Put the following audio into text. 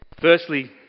Firstly